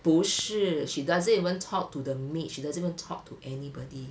不是 she doesn't even talk to the maid she doesn't even talk to anybody